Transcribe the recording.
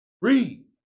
Read